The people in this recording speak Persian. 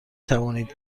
توانید